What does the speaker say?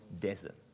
desert